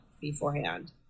beforehand